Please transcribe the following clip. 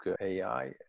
AI